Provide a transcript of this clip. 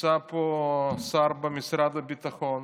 נמצא פה השר במשרד הביטחון,